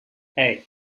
hey